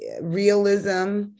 realism